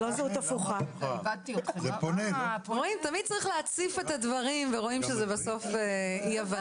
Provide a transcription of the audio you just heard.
הכוונה היא לזהות הפונה ולא לזהות